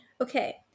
Okay